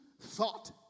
thought